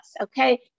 okay